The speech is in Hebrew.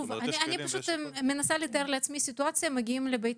אני מנסה לתאר לעצמי סיטואציה שמגיעים לבית